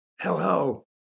Hello